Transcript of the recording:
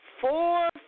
Four